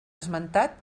esmentat